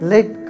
Let